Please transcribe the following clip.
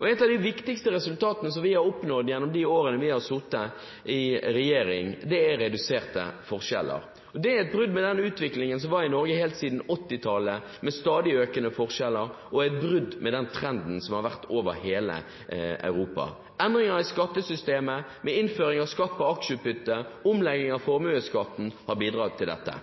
Ett av de viktigste resultatene vi har oppnådd gjennom de årene vi har sittet i regjering, er reduserte forskjeller. Det er et brudd med den utviklingen som har vært i Norge helt siden 1980-tallet – med stadig økende forskjeller – og er et brudd med den trenden som har vært over hele Europa. Endringer i skattesystemet, med innføring av skatt på aksjeutbytte og omlegging av formuesskatten, har bidratt til dette.